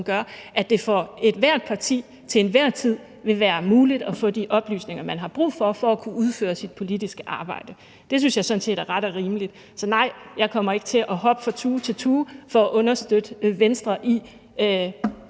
gør, at det for ethvert parti til enhver tid vil være muligt at få de oplysninger, man har brug for, for at kunne udføre sit politiske arbejde. Det synes jeg sådan set er ret og rimeligt. Så nej, jeg kommer ikke til at hoppe fra tue til tue for at understøtte Venstre i